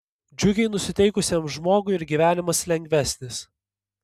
džiugiai nusiteikusiam žmogui ir gyvenimas lengvesnis